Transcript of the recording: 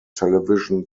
television